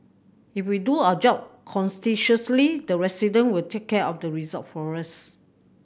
if we do our job the resident will take care of the result for us